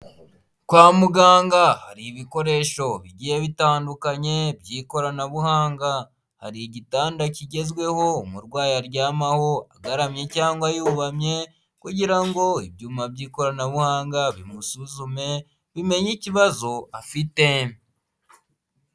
Kwa muganga hari ibikoresho bigiye bitandukanye by'ikoranabuhanga, hari igitanda kigezweho umurwayi aryamaho agaramye cyangwa yubamye kugira ngo ibyuma by'ikoranabuhanga bimusuzume bimenye ikibazo afite.